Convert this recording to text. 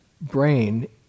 brain